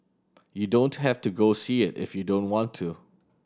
you don't have to go see it if you don't want to